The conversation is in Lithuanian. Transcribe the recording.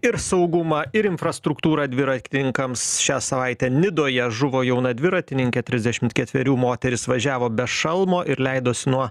ir saugumą ir infrastruktūrą dviratininkams šią savaitę nidoje žuvo jauna dviratininkė trisdešimt ketverių moteris važiavo be šalmo ir leidosi nuo